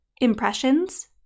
impressions